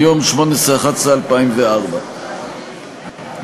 מיום 18 בנובמבר 2004,